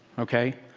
ok?